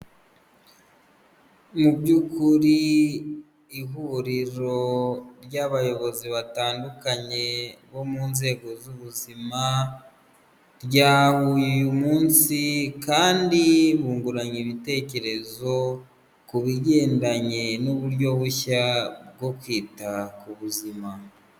Mu by'ukuri ihuriro ry'abayobozi batandukanye bo mu nzego z'ubuzima, ryahuye uyu munsi kandi bunguranye ibitekerezo ku bigendanye n'uburyo bushya bwo kwita ku buzima.